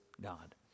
God